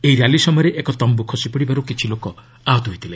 ଏହି ର୍ୟାଲି ସମୟରେ ଏକ ତମ୍ବୁ ଖସିପଡ଼ିବାରୁ କିଛି ଲୋକ ଆହତ ହୋଇଥିଲେ